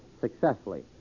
successfully